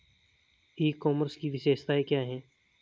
ई commerce की विशेषताएं क्या हैं?